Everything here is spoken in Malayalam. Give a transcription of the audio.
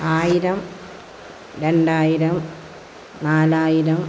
ആയിരം രണ്ടായിരം നാലായിരം